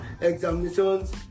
examinations